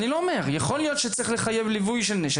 אני לא אומר שלא צריך להיערך ויכול להיות שצריך לחייב שם לנווי נשק,